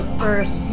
first